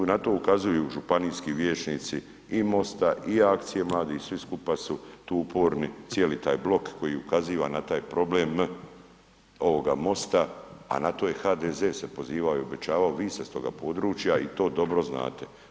I na to ukazuju županijski vijećnici i MOST-a i akcije mladih i svi skupa su tu uporni, cijeli taj blok koji ukazuje na taj problem ovoga mosta a na to je HDZ se pozivao i obećavao, vi ste s toga područja i to dobro znate.